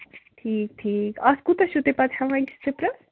ٹھیٖک ٹھیٖک اَتھ کوٗتاہ چھُ تُہۍ پَتہٕ ہٮ۪وان أکِس ٹِپرَس